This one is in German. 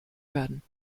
werden